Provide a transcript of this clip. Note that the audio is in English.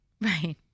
Right